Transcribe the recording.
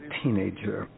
teenager